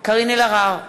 קארין אלהרר,